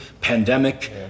pandemic